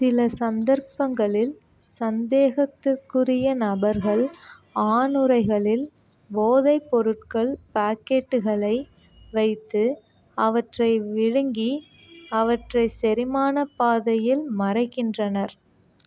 சில சந்தர்ப்பங்களில் சந்தேகத்திற்குறிய நபர்கள் ஆணுறைகளில் போதைப்பொருட்கள் பாக்கெட்டுகளை வைத்து அவற்றை விழுங்கி அவற்றைச் செரிமானப்பதையில் மறைக்கின்றனர்